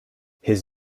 his